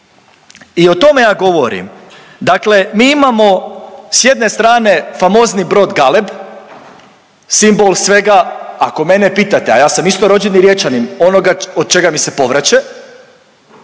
I o tome ja govorim. Dakle, mi imamo s jedne strane famozni brod Galeb, simbol svega, ako mene pitate a ja sam isto rođeni Riječanin ono od čega mi se povraće,